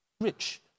rich